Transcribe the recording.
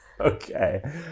Okay